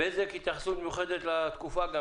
בזק, התייחסות מיוחדת לתקופה.